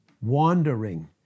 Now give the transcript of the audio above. Wandering